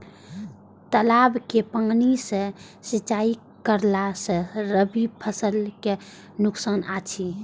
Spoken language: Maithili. तालाब के पानी सँ सिंचाई करला स रबि फसल के नुकसान अछि?